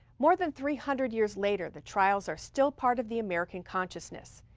more than three hundred years later, the trials are still part of the american consciousness.